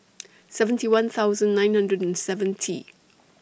seventy one thousand nine hundred and seventy